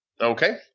Okay